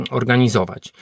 organizować